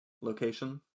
location